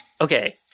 Okay